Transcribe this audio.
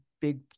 big